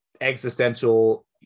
existential